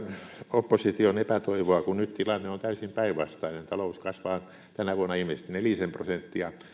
opposition epätoivoa kun nyt tilanne on täysin päinvastainen talous kasvaa tänä vuonna ilmeisesti nelisen prosenttia